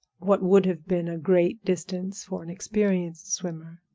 what would have been a great distance for an experienced swimmer.